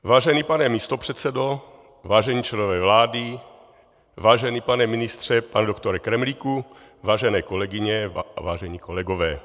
Vážený pane místopředsedo, vážení členové vlády, vážený pane ministře pane doktore Kremlíku, vážené kolegyně a vážení kolegové.